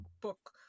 book